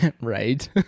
Right